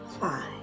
five